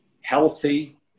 healthy